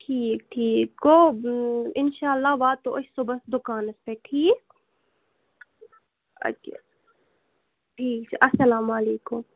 ٹھیٖک ٹھیٖک گوٚو اِنشاء اللہ واتو أسۍ صُبحَس دُکانَس پٮ۪ٹھ ٹھیٖک اَدٕ کیٛاہ ٹھیٖک چھُ اَلسلامُ علیکُم